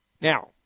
Now